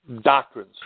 doctrines